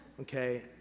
Okay